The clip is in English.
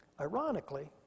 Ironically